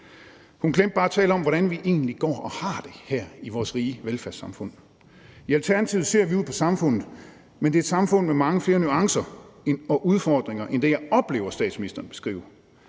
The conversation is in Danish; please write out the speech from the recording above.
Hun glemte bare at tale om, hvordan vi egentlig går og har det her i vores rige velfærdssamfund. I Alternativet ser vi ud på samfundet, men det er et samfund med mange flere nuancer og udfordringer end det, jeg oplever statsministeren beskrive.